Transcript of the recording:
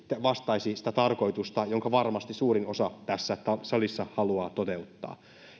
vastaisi sitä tarkoitusta jonka varmasti suurin osa tässä salissa haluaa toteuttaa